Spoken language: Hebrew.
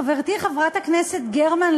חברתי חברת הכנסת גרמן,